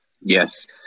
Yes